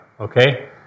Okay